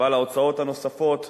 אבל ההוצאות הנוספות,